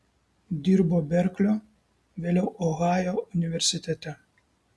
dirbo berklio vėliau ohajo universitete